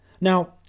Now